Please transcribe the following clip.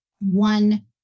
one